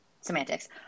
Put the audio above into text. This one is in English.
semantics